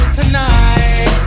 tonight